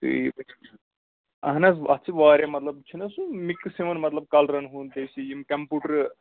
اَہَن حظ اتھ چھُ واریاہ مطلب چھُنا سُہ مِکس یِوان مطلب کَلرَن ہُنٛد بیٚیہِ سُہ یم کَمپیٛوٗٹر